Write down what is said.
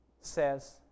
says